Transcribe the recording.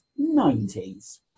90s